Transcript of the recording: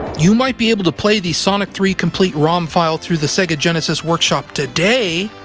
you might be able to play the sonic three complete rom file through the sega genesis workshop today,